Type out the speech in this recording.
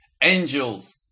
Angels